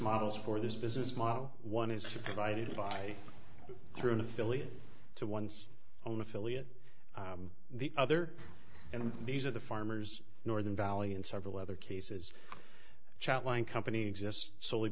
models for this business model one is divided by through an affiliate to one's own affiliate the other and these are the farmers northern valley and several other cases chatline company exists solely